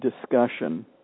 discussion